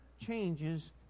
changes